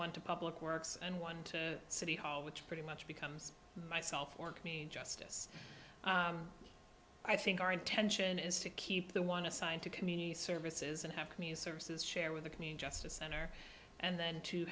went to public works and one to city hall which pretty much becomes myself work me justice i think our intention is to keep the one assigned to community services and have community services share with the community justice center and then to